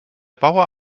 bauer